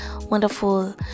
wonderful